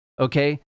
okay